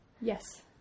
Yes